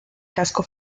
casco